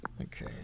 Okay